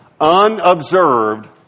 Unobserved